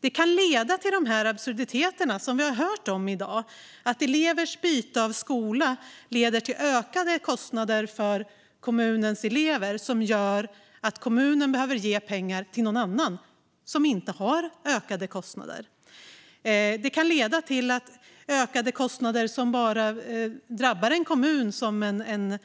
Det kan leda till absurditeter som vi har hört om i dag, där elevers byte av skola leder till ökade kostnader för kommunens elever vilket gör att kommunen behöver ge pengar till någon annan som inte har ökade kostnader, och det kan leda till att ökade kostnader som bara drabbar en kommun, såsom en